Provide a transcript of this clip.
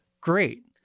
Great